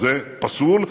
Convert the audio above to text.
זה פסול,